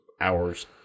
hours